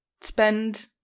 spend